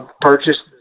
purchased